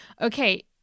Okay